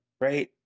right